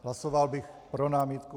Hlasoval bych pro námitku.